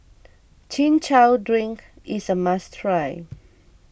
Chin Chow Drink is a must try